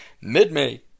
mid-May